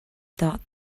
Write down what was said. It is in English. thought